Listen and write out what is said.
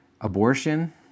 Abortion